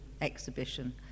exhibition